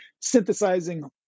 synthesizing